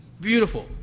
Beautiful